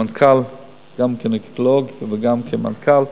המנכ"ל גם כגינקולוג וגם כמנכ"ל,